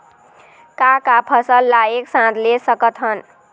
का का फसल ला एक साथ ले सकत हन?